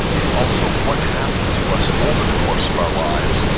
it's also what happened to us over the course of our lives.